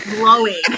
glowing